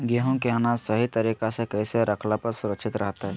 गेहूं के अनाज सही तरीका से कैसे रखला पर सुरक्षित रहतय?